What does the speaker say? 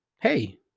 hey